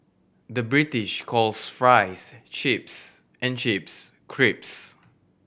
the British calls fries chips and chips creeps